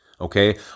okay